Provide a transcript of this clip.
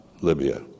Libya